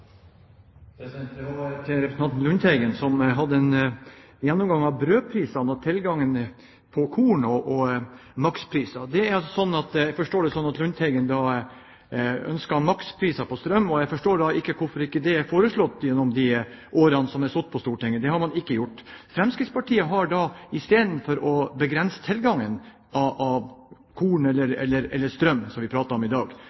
Det var til representanten Lundteigen, som hadde en gjennomgang av brødprisene og tilgangen på korn og makspris. Jeg forstår det sånn at Lundteigen ønsker makspris på strøm. Da forstår jeg ikke hvorfor det ikke er foreslått gjennom årene han har sittet på Stortinget – det har han ikke gjort. I stedet for å begrense tilgangen på korn – eller strøm, som vi prater om i dag